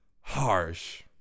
harsh